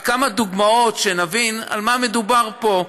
רק כמה דוגמאות, שנבין על מה מדובר פה.